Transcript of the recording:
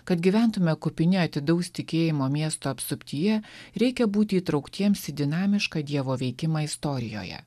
kad gyventume kupini atidaus tikėjimo miesto apsuptyje reikia būti įtrauktiems į dinamišką dievo veikimą istorijoje